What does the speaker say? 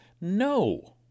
No